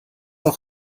auch